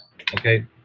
Okay